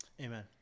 Amen